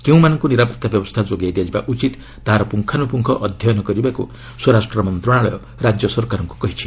କେଉଁମାନଙ୍କୁ ନିରାପତ୍ତା ବ୍ୟବସ୍ଥା ଯୋଗାଇ ଦିଆଯିବା ଉଚିତ୍ ତାହାର ପୁଙ୍ଗାନୁପୁଙ୍ଗ ଅଧ୍ୟୟନ କରିବାକୁ ସ୍ୱରାଷ୍ଟ୍ର ମନ୍ତ୍ରଣାଳୟ ରାଜ୍ୟ ସରକାରଙ୍କୁ କହିଛି